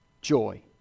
Joy